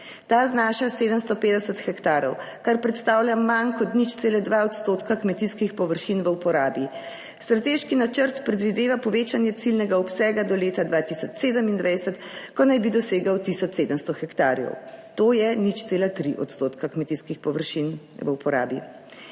Ta znaša 750 hektarov, kar predstavlja manj kot 0,2 % kmetijskih površin v uporabi. Strateški načrt predvideva povečanje ciljnega obsega do leta 2027, ko naj bi dosegel tisoč 700 hektarjev. To je 0,3 % kmetijskih površin v uporabi.